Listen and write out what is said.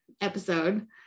episode